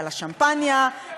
ועל השמפניה,